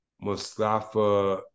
Mustafa